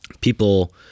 people